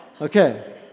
Okay